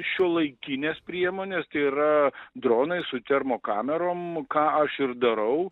šiuolaikinės priemonės tai yra dronai su termokamerom ką aš ir darau